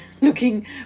looking